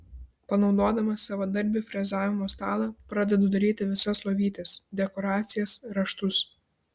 panaudodamas savadarbį frezavimo stalą pradedu daryti visas lovytės dekoracijas raštus